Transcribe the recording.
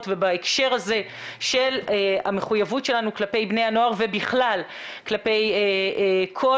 ובהקשר הזה של המחויבות שלנו כלפי בני הנוער ובכלל כלפי כל